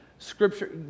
Scripture